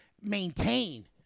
maintain